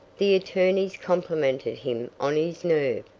the attorneys complimented him on his nerve,